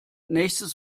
nächstes